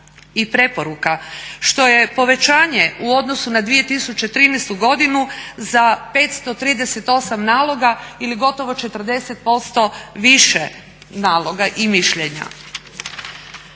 i preporuka, što je povećanje u odnosu na 2013,godinu za 538 naloga ili gotovo 40% više naloga i mišljenja.